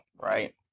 Right